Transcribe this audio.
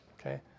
Okay